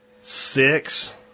six